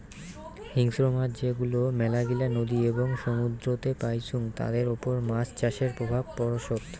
হিংস্র মাছ যেগুলো মেলাগিলা নদী এবং সমুদ্রেতে পাইচুঙ তাদের ওপর মাছ চাষের প্রভাব পড়সৎ